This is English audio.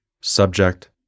Subject